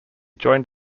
joined